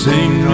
Sing